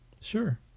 Sure